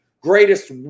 greatest